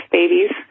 babies